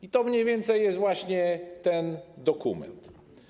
I to mniej więcej jest właśnie ten dokument.